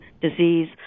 disease